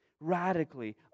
radically